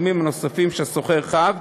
אי-תשלום של התשלומים הנוספים שהשוכר חב,